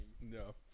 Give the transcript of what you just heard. No